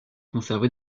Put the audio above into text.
conservé